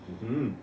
mmhmm